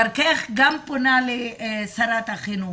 דרכך אני גם פונה לשרת החינוך.